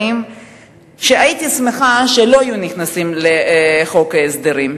שהייתי שמחה שלא היו נכנסים לחוק ההסדרים.